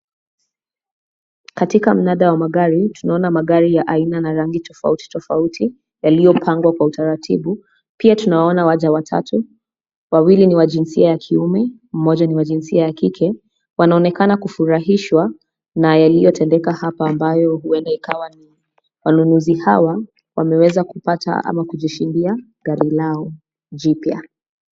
Katika mnada wa magari tunaona magari ya aina na rangi tofauti tofauti yaliyopangwa kwa utaratibu. Pia tunawaona waja watatu, wawili ni wa jinsia ya kiume mmoja ni wa jinsia ya kike wanaonekana kufurahishwa na yaliyotendeka hapa ambayo huenda ikawa ni wanunuzi hawa wameweza kupata ama kujishindia gari lao jipya.